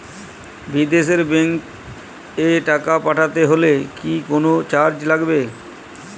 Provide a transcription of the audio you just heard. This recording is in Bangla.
বিদেশের ব্যাংক এ টাকা পাঠাতে হলে কি কোনো চার্জ লাগবে?